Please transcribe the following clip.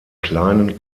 kleinen